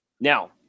Now